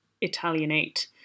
Italianate